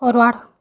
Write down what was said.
forward